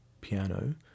piano